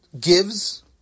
gives